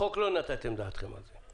בחוק לא נתתם דעתכם על זה.